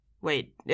wait